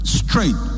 straight